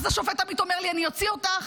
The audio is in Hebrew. אז, השופט עמית אומר לי: אני אוציא אותך.